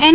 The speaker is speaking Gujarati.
એન